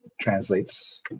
translates